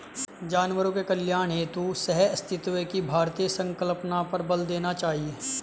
जानवरों के कल्याण हेतु सहअस्तित्व की भारतीय संकल्पना पर बल देना चाहिए